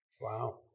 Wow